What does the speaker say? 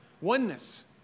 Oneness